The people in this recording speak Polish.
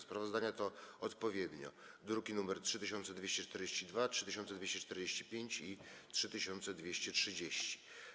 Sprawozdania to odpowiednio druki nr 3242, 3245 i 3230.